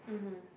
mmhmm